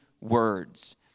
words